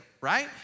right